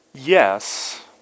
Yes